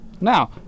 Now